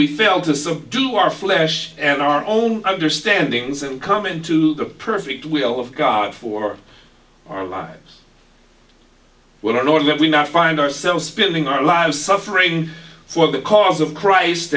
we fail to do our flesh and our own understandings and come into the perfect will of god for our lives well a lot of them we now find ourselves spending our lives suffering for the cause of christ